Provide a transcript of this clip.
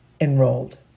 enrolled